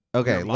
okay